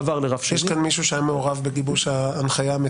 עבר לרף שני --- יש כאן מישהו שהיה מעורב בגיבוש ההנחיה המתוקנת?